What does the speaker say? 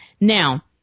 Now